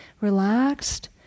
relaxed